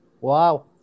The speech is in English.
Wow